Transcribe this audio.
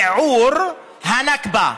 ייעור הנכבה.